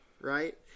right